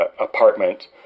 apartment